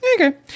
Okay